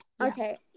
okay